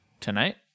Tonight